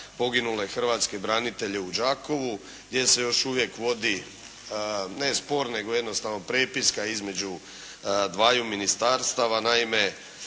hrvatske branitelje u Đakovu gdje se još uvijek vodi ne spor nego jednostavno prepiska između dvaju ministarstava. Naime